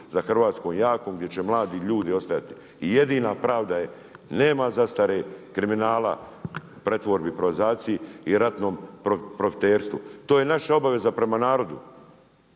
za Hrvatskom jakom gdje će mladi ljudi ostajati. I jedina pravda je, nema zastare kriminala, pretvorbe i privatizacije i ratnom profiterstvu. To je naša obaveza prema narodu,